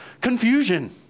confusion